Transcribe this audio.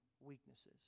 weaknesses